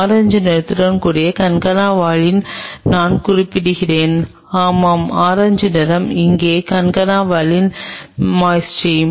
orange நிறத்துடன் கூடிய கான்கனா வாலினை நான் குறிப்பிடுவோம் ஆமாம் ஆரஞ்சு நிறம் இங்கே கான்கனா வாலின் மொயட்டி